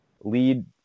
lead